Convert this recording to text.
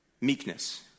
Meekness